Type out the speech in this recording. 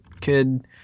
kid